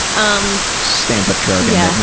um standup jargon yeah